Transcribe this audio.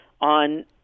on